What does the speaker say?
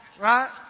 right